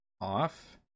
off